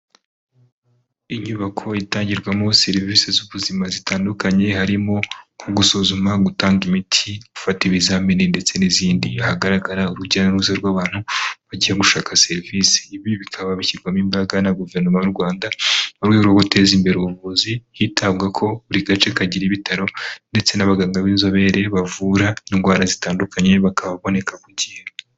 Inyubako itangirwamo serivisi z'ubuzima zitandukanye harimo nko gusuzuma gutanga imiti, gufata ibizamini ndetse n'izindi hagaragara urujya n'uruza rw'abantu bagiye gushaka serivisi ibi bikaba bishyirwamo imbaraga na guverinoma y'u Rwanda mu rwego guteza imbere ubuvuzi hitabwako buri gace kagira ibitaro ndetse n'abaganga b'inzobere bavura indwara zitandukanye bakaba boneka ku gihe.